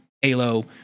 Halo